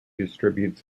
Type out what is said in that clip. distributes